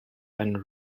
and